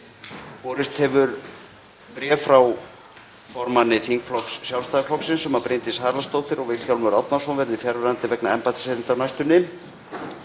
Borist hefur bréf frá formanni þingflokks Sjálfstæðisflokksins um að Bryndís Haraldsdóttir og Vilhjálmur Árnason verði fjarverandi vegna embættiserinda á næstunni.